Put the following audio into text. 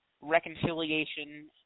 Reconciliation